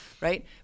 right